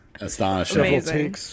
astonishing